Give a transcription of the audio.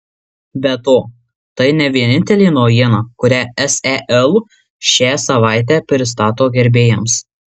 be to tai ne vienintelė naujiena kurią sel šią savaitę pristato gerbėjams